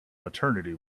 maternity